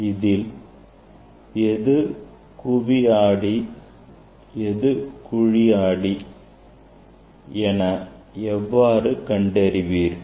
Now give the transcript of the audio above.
இதில் எது குவி ஆடி எது குழி ஆடி என எவ்வாறு கண்டறிவீர்கள்